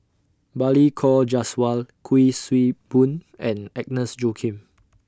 Balli Kaur Jaswal Kuik Swee Boon and Agnes Joaquim